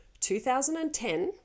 2010